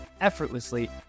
effortlessly